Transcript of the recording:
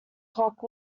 clock